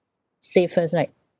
save first right